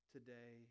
Today